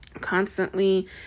constantly